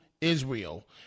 Israel